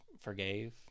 forgave